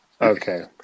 Okay